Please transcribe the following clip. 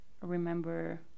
remember